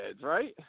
right